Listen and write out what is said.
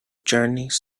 journeys